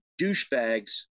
douchebags